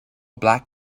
black